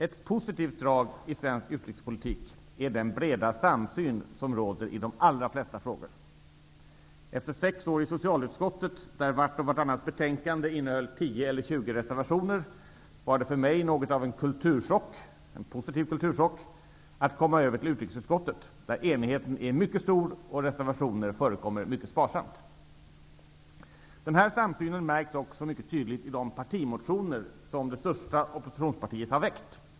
Ett positivt drag i svensk utrikespolitik är den breda samsyn som råder i de allra flesta frågor. Efter sex år i socialutskottet där vart och varannat betänkande innehöll tio eller tjugo reservationer var det för mig något av en kulturchock -- en positiv kulturchock -- att komma över till utrikesutskottet. Där är enigheten mycket stor och reservationer förekommer mycket sparsamt. Den här samsynen märks också mycket tydligt i de partimotioner som det största oppositionspartiet har väckt.